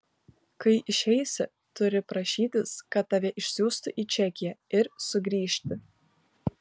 kai išeisi turi prašytis kad tave išsiųstų į čekiją ir sugrįžti